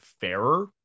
fairer